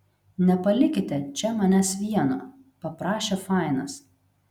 nepalikite čia manęs vieno paprašė fainas